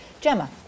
Gemma